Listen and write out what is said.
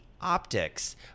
optics